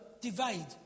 divide